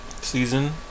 season